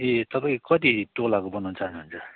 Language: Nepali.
ए तपाईँ कति तोलाको बनाउन चाहनुहुन्छ